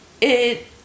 it-